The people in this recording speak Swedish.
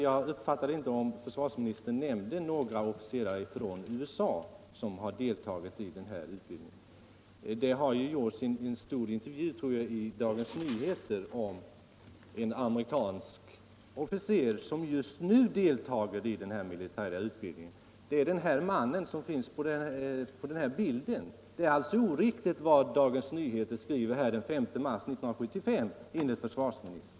Jag uppfattade inte om försvarsministern nämnde att några officerare från USA har deltagit i utbildningen. Det har ju gjorts en stor intervju i Dagens Nyheter om en amerikansk officer, som just nu deltar i den militära utbildningen; han finns t.o.m. på bild i tidningen. Vad Dagens Nyheter skriver den 5 mars 1975 är alltså oriktigt, enligt försvarsministern.